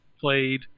played